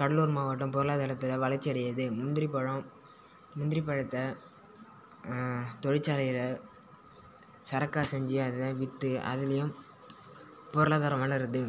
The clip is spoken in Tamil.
கடலூர் மாவட்டம் பொருளாதாரத்தில் வளர்ச்சி அடையுது முந்திரிப்பழம் முந்திரிப்பழத்தை தொழிற்சாலையில் சரக்காக செஞ்சு அதை விற்று அதுலியும் பொருளாதாரம் வளருது